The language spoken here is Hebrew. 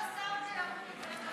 לא לשר התיירות.